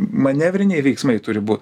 manevriniai veiksmai turi būt